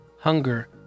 hunger